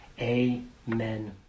Amen